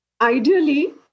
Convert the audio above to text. Ideally